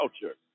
culture